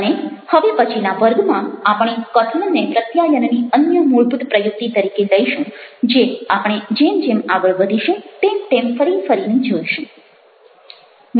અને હવે પછીના વર્ગમાં આપણે કથનને પ્રત્યાયનની અન્ય મૂળભૂત પ્રયુક્તિ તરીકે લઈશું જે આપણે જેમ જેમ આગળ વધીશું તેમ ફરી ફરીને જોઈશું